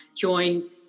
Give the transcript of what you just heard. join